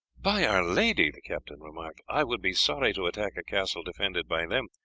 by our lady, the captain remarked, i should be sorry to attack a castle defended by them,